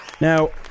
Now